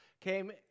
came